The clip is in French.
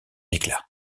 éclats